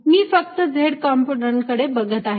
मी फक्त z कंम्पोनंटकडे बघत आहे